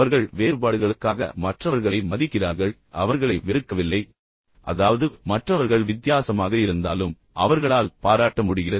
அவர்கள் வேறுபாடுகளுக்காக மற்றவர்களை மதிக்கிறார்கள் அவர்களை வெறுக்கவில்லை அதாவது மற்றவர்கள் வித்தியாசமாக இருந்தாலும் அவர்களால் பாராட்ட முடிகிறது